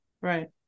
Right